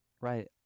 right